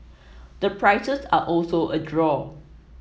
the prices are also a draw